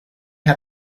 had